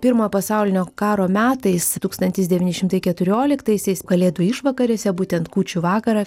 pirmojo pasaulinio karo metais tūkstantis devyni šimtai keturioliktaisiais kalėdų išvakarėse būtent kūčių vakarą